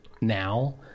now